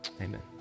Amen